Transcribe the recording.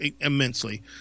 immensely